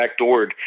backdoored